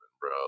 bro